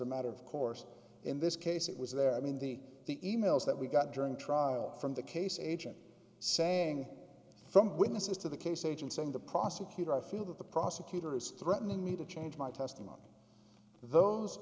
a matter of course in this case it was there i mean the the e mails that we got during trial from the case agent saying from witnesses to the case agents and the prosecutor i feel that the prosecutor is threatening me to change my testimony those